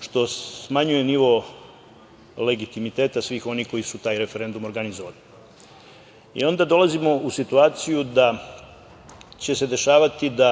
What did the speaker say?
što smanjuje nivo legitimiteta svih onih koji su taj referendum organizovali. Onda dolazimo u situaciju da će se dešavati da